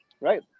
right